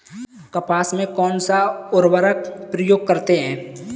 कपास में कौनसा उर्वरक प्रयोग करते हैं?